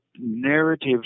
narrative